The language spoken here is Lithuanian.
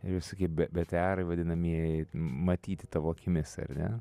norėjau sakyt bė bėtėarai vadinamieji matyti tavo akimis ar ne